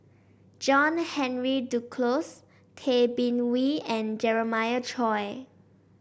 John Henry Duclos Tay Bin Wee and Jeremiah Choy